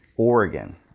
Oregon